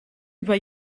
über